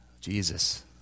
Jesus